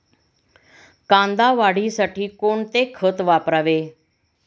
कांदा वाढीसाठी कोणते खत वापरावे?